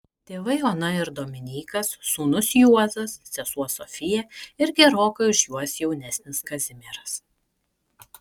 tėvai ona ir dominykas sūnus juozas sesuo sofija ir gerokai už juos jaunesnis kazimieras